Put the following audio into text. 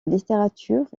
littérature